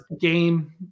game